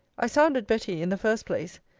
i sounded betty, in the first place,